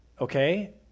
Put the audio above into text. okay